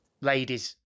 ladies